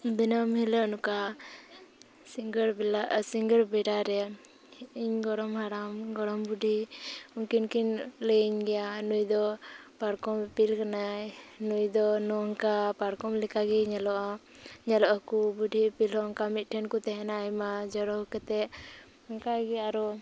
ᱫᱤᱱᱟᱹᱢ ᱦᱤᱞᱳᱜ ᱱᱚᱝᱠᱟ ᱥᱤᱸᱜᱟᱹᱲ ᱵᱮᱞᱟ ᱥᱤᱸᱜᱟᱹᱲ ᱵᱮᱲᱟ ᱨᱮ ᱤᱧ ᱜᱚᱲᱚᱢ ᱦᱟᱲᱟᱢ ᱜᱚᱲᱚᱢ ᱵᱩᱰᱷᱤ ᱩᱱᱠᱤᱱ ᱠᱤᱱ ᱞᱟᱹᱭ ᱟᱹᱧ ᱜᱮᱭᱟ ᱱᱩᱭ ᱫᱚ ᱯᱟᱨᱠᱚᱢ ᱤᱯᱤᱞ ᱠᱟᱱᱟᱭ ᱱᱩᱭ ᱫᱚ ᱱᱚᱝᱠᱟ ᱯᱟᱨᱠᱚᱢ ᱞᱮᱠᱟ ᱜᱮᱭ ᱧᱮᱞᱚᱜᱼᱟ ᱧᱮᱞᱚᱜ ᱟᱠᱚ ᱵᱩᱰᱷᱤ ᱤᱯᱤᱞ ᱦᱚᱸ ᱚᱱᱠᱟ ᱢᱤᱫᱴᱷᱮᱱ ᱠᱚ ᱛᱟᱦᱮᱱᱟ ᱟᱭᱢᱟ ᱡᱟᱨᱟᱣ ᱠᱟᱛᱮᱫ ᱚᱱᱠᱟ ᱜᱮ ᱟᱨᱚ